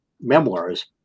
memoirs